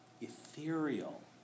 ethereal